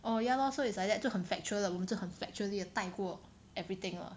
orh ya lor so it's like that 就很 factual 了我们就很 factually 的带过 everything lor